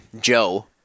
Joe